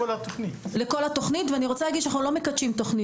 אני רוצה להגיד שאנחנו לא מקדשים תוכניות,